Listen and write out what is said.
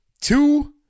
two